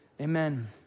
amen